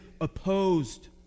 opposed